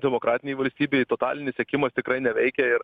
demokratinėj valstybėj totalinis sekimas tikrai neveikia ir